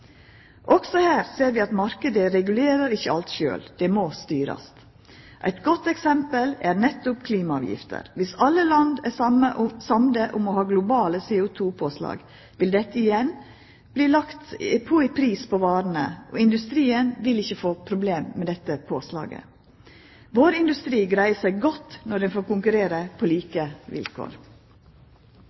Også her ser vi at marknaden ikkje regulerer alt sjølv, men må styrast. Eit godt eksempel er nettopp klimaavgifter. Dersom alle land er samde om å ha globale CO2-påslag, vil dette igjen verta lagt på i pris på varene, og industrien vil ikkje få problem med dette påslaget. Vår industri greier seg godt når han får konkurrera på like vilkår.